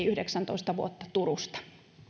yhdeksäntoista vuotta turusta